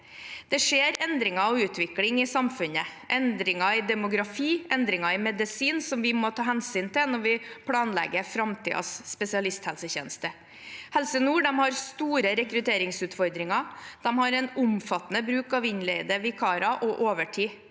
Det skjer endringer og utvikling i samfunnet – endringer i demografi og medisin som vi må ta hensyn til når vi planlegger framtidens spesialisthelsetjeneste. Helse nord har store rekrutteringsutfordringer. De har en omfattende bruk av innleide vikarer og overtid.